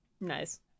Nice